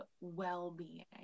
well-being